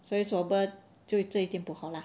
所以 swabber 就这一点不好 lah